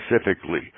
specifically